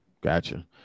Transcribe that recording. Gotcha